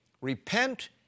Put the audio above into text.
Repent